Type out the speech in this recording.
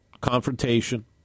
confrontation